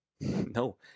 No